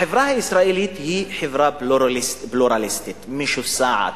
החברה הישראלית היא חברה פלורליסטית, משוסעת,